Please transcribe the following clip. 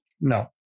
No